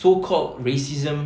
so called racism